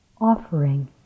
offering